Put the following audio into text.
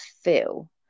feel